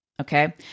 Okay